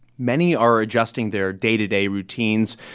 many are adjusting their day-to-day routines,